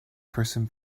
person